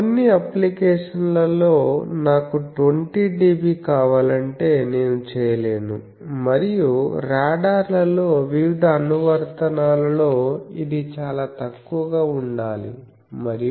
కొన్ని అప్లికేషన్ లలో నాకు 20dB కావాలంటే నేను చేయలేను మరియు రాడార్లలో వివిధ అనువర్తనాలలో ఇది చాలా తక్కువగా ఉండాలి మరియు